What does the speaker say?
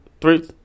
Three